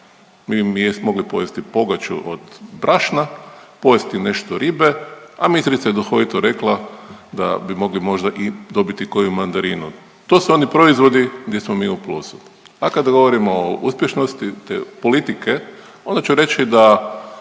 Mi bi jest mogli pojesti pogaču od brašna, pojesti nešto ribe, a ministrica je duhovito rekla da bi mogli možda i dobiti koju mandarinu. To su oni proizvodi gdje smo mi u plusu, a kada govorimo o uspješnosti te politike onda ću reći da